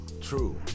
True